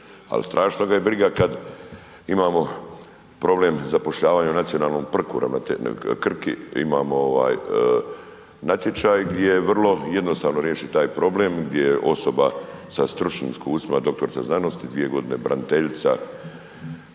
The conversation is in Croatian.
Ali strašno ga je briga kada imamo problem zapošljavanja u nacionalnom, Krki, imamo natječaj gdje je vrlo jednostavno riješiti taj problem gdje je osoba sa stručnim iskustvima dr. znanosti, dvije godine braniteljica